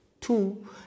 Two